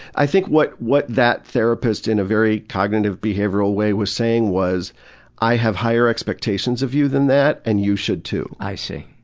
i think what what that therapist, in a very cognitive-behavioral way, was saying was i have higher expectations of you than that, and you should, too'. i see.